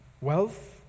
wealth